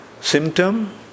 symptom